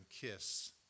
kiss